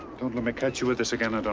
don't let me catch you with this again, and